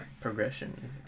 progression